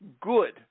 good